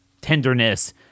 tenderness